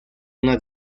una